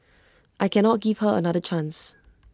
I cannot give her another chance